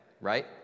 right